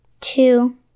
two